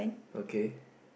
okay